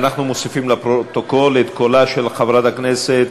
אנחנו מוסיפים לפרוטוקול את קולה של חברת הכנסת